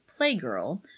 Playgirl